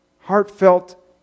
heartfelt